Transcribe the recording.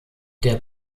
der